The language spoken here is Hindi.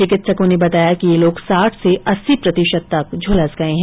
चिकित्सकों ने बताया कि ये लोग साठ से अस्सी प्रतिशत तक झुलस गए हैं